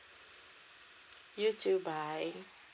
you too bye